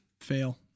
Fail